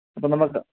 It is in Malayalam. അപ്പം നമുക്ക്